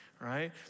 right